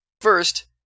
First